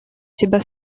тебя